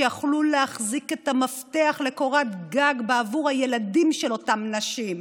שיכלו להחזיק את המפתח לקורת גג בעבור הילדים של אותם נשים.